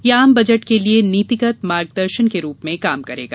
यह आम बजट के लिए नीतिगत मार्गदर्शन के रूप में काम करेगी